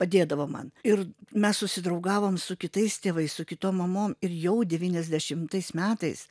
padėdavo man ir mes susidraugavom su kitais tėvais su kitom mamom ir jau devyniasdešimtais metais